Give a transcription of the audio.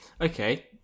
Okay